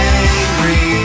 angry